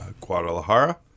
Guadalajara